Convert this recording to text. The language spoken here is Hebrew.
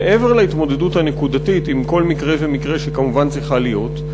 מעבר להתמודדות הנקודתית עם כל מקרה ומקרה שכמובן צריכה להיות,